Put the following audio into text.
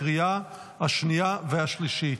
לקריאה השנייה והשלישית.